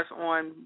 on